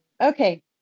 okay